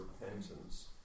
repentance